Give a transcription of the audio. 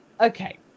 okay